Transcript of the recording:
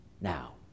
now